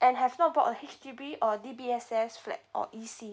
and have no board of H_D_B or D_B_S_S flat or E_C